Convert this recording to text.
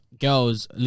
girls